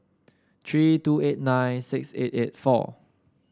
three two eight nine six eight eight four